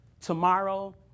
tomorrow